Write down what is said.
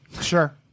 Sure